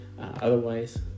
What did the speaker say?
Otherwise